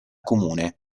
comune